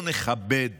בואו נכבד